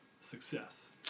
success